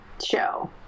show